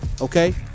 Okay